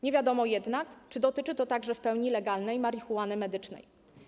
Nie wiadomo jednak, czy dotyczy to także w pełni legalnej marihuany medycznej.